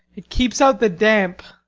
it keeps out the damp.